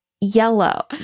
Yellow